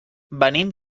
venim